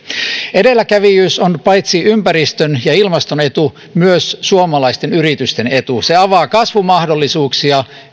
edelläkävijyys on paitsi ympäristön ja ilmaston etu myös suomalaisten yritysten etu se avaa kasvumahdollisuuksia